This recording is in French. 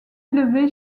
élevé